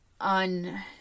on